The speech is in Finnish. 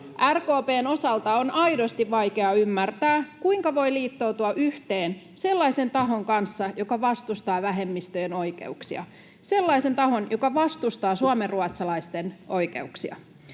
RKP:n osalta on aidosti vaikea ymmärtää, kuinka voi liittoutua yhteen sellaisen tahon kanssa, joka vastustaa vähemmistöjen oikeuksia, sellaisen tahon, joka vastustaa suomenruotsalaisten oikeuksia.